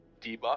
debuff